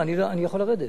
אני יכול לרדת.